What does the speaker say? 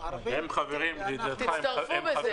תצטרפו בזה.